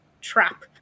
trap